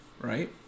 right